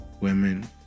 women